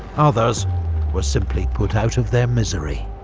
others were simply put out of their misery.